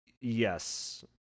Yes